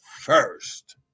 first